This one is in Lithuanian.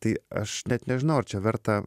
tai aš net nežinau ar čia verta